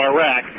Iraq